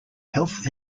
health